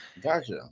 Gotcha